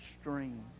stream